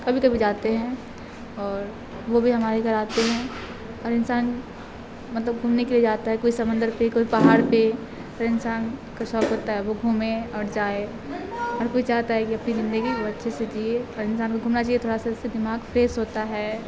کبھی کبھی جاتے ہیں اور وہ بھی ہمارے گھر آتے ہیں اور انسان مطلب گھومنے کے لیے جاتا ہے کوئی سمندر پہ کوئی پہاڑ پہ اور انسان کا شوق ہوتا ہے وہ گھومے اور جائے اور کوئی چاہتا ہے کہ اپنی زندگی کو اچھے سے جیے اور انسان کو گھومنا چاہیے تھوڑا سا اس سے دماغ فریش ہوتا ہے